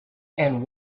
and